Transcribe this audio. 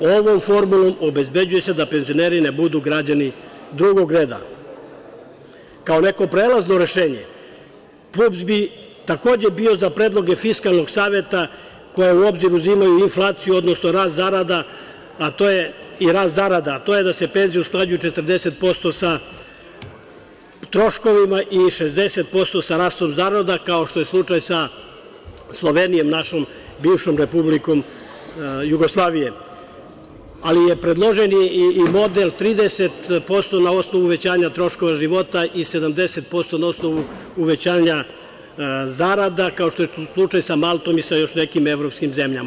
Ovom formulom obezbeđuje se da penzioneri ne budu građani drugog reda, kao neko prelazno rešenje PUPS bi takođe bio za predloge Fiskalnog saveta koja u obzir uzimaju inflaciju, odnosno rast zarada, a to je da se penzije usklađuju 40% sa troškovima i 60% sa rastom zarada, kao što je slučaj sa Slovenijom našom bivšom Republikom Jugoslavije, ali je predloženi i model 30% na osnovu uvećanja troškova života i 70% na osnovu uvećanja zarada, kao što je tu slučaj sa Maltom i sa još nekim evropskim zemljama.